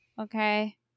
okay